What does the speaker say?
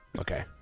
okay